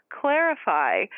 clarify